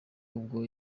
ubwo